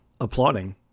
applauding